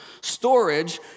storage